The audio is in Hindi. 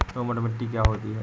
दोमट मिट्टी क्या होती हैं?